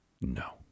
No